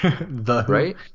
right